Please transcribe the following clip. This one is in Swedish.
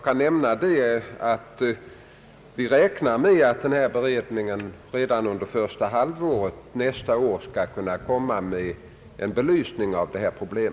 Vi räknar dock med att stormskadeberedningen redan under första halvåret 1969 skall framlägga en belysning av detta problem.